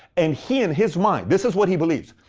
and he, in his mind, this is what he believes.